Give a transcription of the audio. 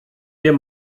wir